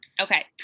Okay